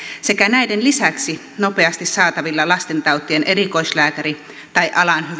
sekä näiden lisäksi nopeasti saatavilla lastentautien erikoislääkäri tai alaan